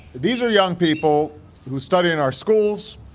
these are young people who study in our schools,